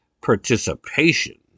participation